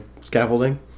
scaffolding